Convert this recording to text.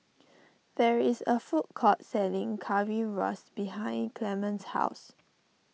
there is a food court selling Currywurst behind Clemens' house